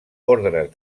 ordres